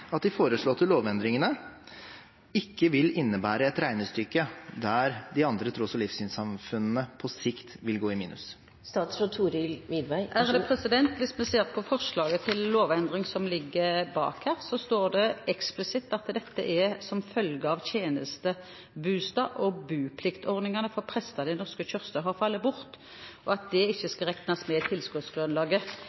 at de foreslåtte lovendringene ikke vil innebære et regnestykke der de andre tros- og livssynssamfunnene på sikt vil gå i minus? Hvis vi ser på forslaget til lovendring som foreligger, står det eksplisitt at dette er «som ei følgje av at tenestebustad- og bupliktordninga for prestane i Den norske kyrkja har falle bort», og at dette «skal ikkje reknast med